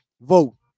vote